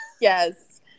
yes